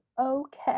okay